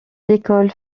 l’école